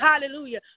hallelujah